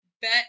bet